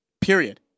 Period